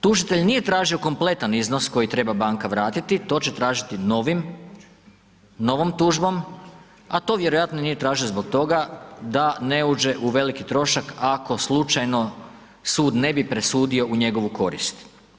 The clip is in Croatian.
Tužitelj nije tražio kompletan iznos koji treba banka vratiti, to će tražiti novom tužbom, a to vjerojatno nije tražio zbog toga da ne uđe u veliki trošak, ako slučajno sud ne bi presudio u njegovu korist.